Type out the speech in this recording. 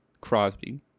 crosby